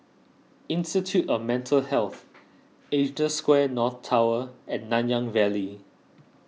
Institute of Mental Health Asia Square North Tower and Nanyang Valley